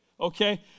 okay